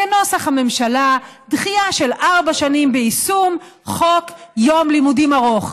כנוסח הממשלה: דחייה של ארבע שנים ביישום חוק יום לימודים ארוך.